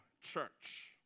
church